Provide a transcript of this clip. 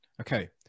Okay